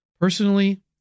Personally